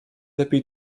lepiej